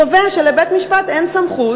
קובע שלבית-משפט אין סמכות.